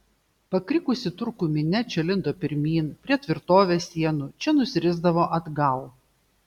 pakrikusi turkų minia čia lindo pirmyn prie tvirtovės sienų čia nusirisdavo atgal